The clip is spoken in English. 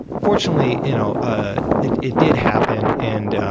fortunately you know ah it it did happen and